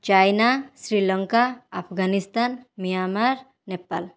China Sri Lanka Afghanistan Myanmar Nepal